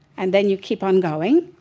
and then you keep on going.